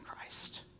Christ